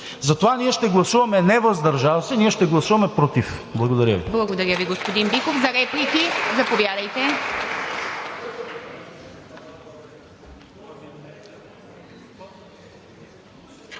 Затова ние ще гласуваме не „въздържал се“, ние ще гласуваме „против“. Благодаря Ви.